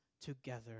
together